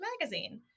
Magazine